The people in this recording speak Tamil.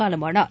காலமானார்